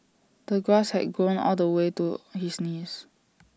the grass had grown all the way to his knees